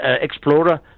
explorer